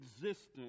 existence